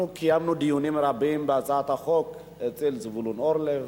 אנחנו קיימנו דיונים רבים בהצעת החוק אצל זבולון אורלב.